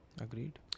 agreed